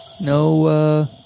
No